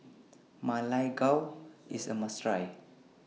Ma Lai Gao IS A must Try